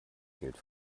geld